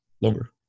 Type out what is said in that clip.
longer